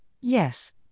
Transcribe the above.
yes